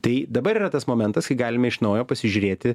tai dabar yra tas momentas kai galime iš naujo pasižiūrėti